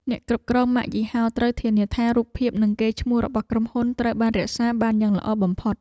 អ្នកគ្រប់គ្រងម៉ាកយីហោត្រូវធានាថា រូបភាពនិងកេរ្តិ៍ឈ្មោះរបស់ក្រុមហ៊ុនត្រូវបានរក្សាបានយ៉ាងល្អបំផុត។